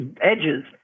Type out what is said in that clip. edges